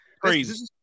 crazy